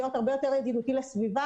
להיות הרבה יותר ידידותי לסביבה,